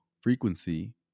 frequency